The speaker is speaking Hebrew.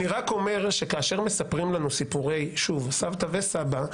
אני רק אומר שכאשר מספרים לנו סיפורי סבתא וסבא,